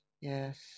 yes